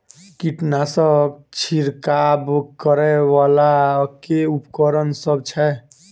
कीटनासक छिरकाब करै वला केँ उपकरण सब छै?